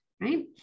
right